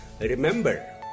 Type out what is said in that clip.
remember